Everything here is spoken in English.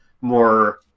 more